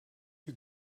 you